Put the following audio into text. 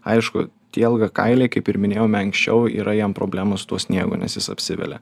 aišku tie ilgakailiai kaip ir minėjome anksčiau yra jiem problemos su tuo sniegu nes jis apsivelia